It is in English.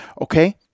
Okay